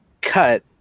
cut